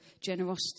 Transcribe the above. generosity